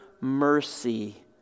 mercy